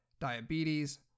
diabetes